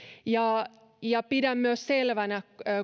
pidän myös selvänä